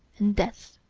and death.